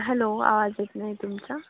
hello आवाज येत नाही तुमचा